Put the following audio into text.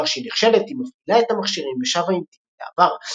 לאחר שהיא נכשלת היא מפעילה את המכשירים ושבה עם טימי לעבר.